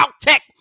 tech